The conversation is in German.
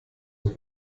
und